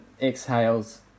exhales